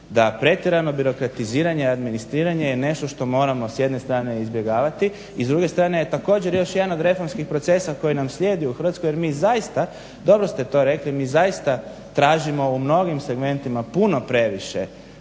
da pretjerano birokratiziranje i administriranje je nešto što moramo s jedne strane izbjegavati i s druge strane je također još jedan od reformskih procesa koji nam slijedi u Hrvatskoj jer mi zaista dobro ste to rekli, mi zaista tražimo u mnogim segmentima puno previše